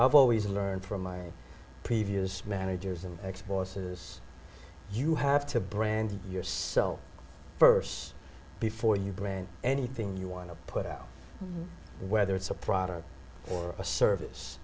i've always learned from my previous managers and exports is you have to brand yourself st before you brand anything you want to put out whether it's a product or a service